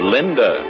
Linda